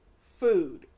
food